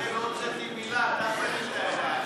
תראה, לא הוצאתי מילה, אתה פנית אלי.